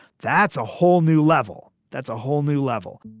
that's a whole new level. that's a whole new level